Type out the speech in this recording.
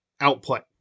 output